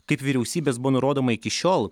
kaip vyriausybės buvo nurodoma iki šiol